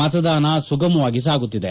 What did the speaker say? ಮತದಾನ ಸುಗಮವಾಗಿ ಸಾಗುತ್ತಿದೆ